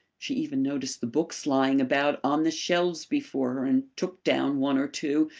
she even noticed the books lying about on the shelves before her and took down one or two,